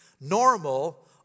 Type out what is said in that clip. normal